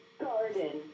garden